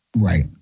Right